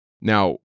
Now